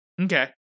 Okay